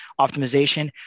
optimization